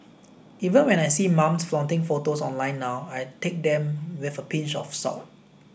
even when I see mums flaunting photos online now I take them with a pinch of salt